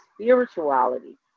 spirituality